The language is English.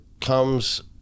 comes